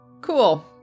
Cool